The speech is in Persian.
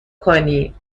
کنی